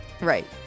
right